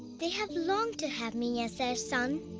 they have longed to have me as their son.